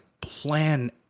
plan